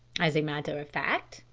as a matter of fact,